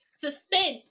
Suspense